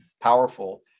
powerful